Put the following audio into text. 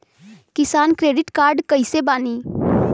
किसान credit card कइसे बानी?